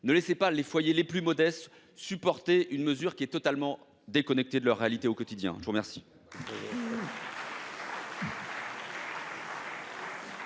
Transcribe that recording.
Ne laissez pas les foyers les plus modestes supporter une mesure totalement déconnectée de leur réalité du quotidien. Nous en